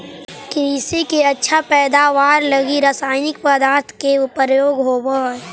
कृषि के अच्छा पैदावार लगी रसायनिक पदार्थ के प्रयोग होवऽ हई